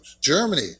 Germany